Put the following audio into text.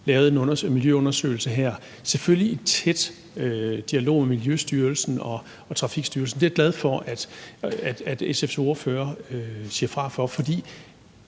lave en miljøundersøgelse her, selvfølgelig i tæt dialog med Miljøstyrelsen og Trafikstyrelsen. Det er jeg glad for at SF's ordfører siger fra over for.